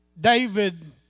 David